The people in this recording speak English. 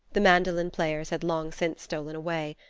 the mandolin players had long since stolen away.